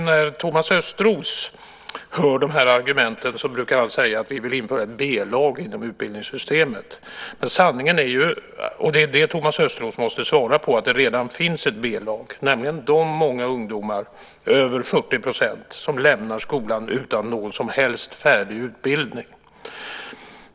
När Thomas Östros hör dessa argument brukar han säga att vi vill införa ett B-lag inom utbildningssystemet. Men, Thomas Östros, det finns redan ett B-lag, nämligen ungdomar - över 40 %- som lämnar skolan utan någon som helst färdig utbildning.